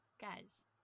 guys